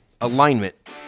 alignment